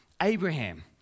Abraham